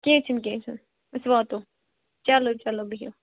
کیٚنٛہہ چھُنہٕ کیٚنٛہہ چھُنہٕ أسۍ واتو چلو چلو بِہِو